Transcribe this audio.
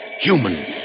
human